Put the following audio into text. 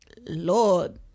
Lord